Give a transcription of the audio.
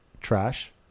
trash